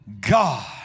God